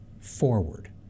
forward